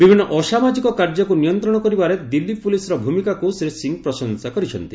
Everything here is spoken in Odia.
ବିଭିନ୍ନ ଅସାମାଜିକ କାର୍ଯ୍ୟକୁ ନିୟନ୍ତ୍ରଣ କରିବାରେ ଦିଲ୍ଲୀ ପୋଲିସ୍ର ଭୂମିକାକୁ ଶ୍ରୀ ସିଂ ପ୍ରଶଂସା କରିଛନ୍ତି